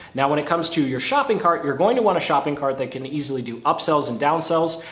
now, when it comes to your shopping cart, you're going to want a shopping cart that can easily do upsells and down sells.